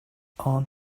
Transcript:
aunt